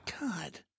God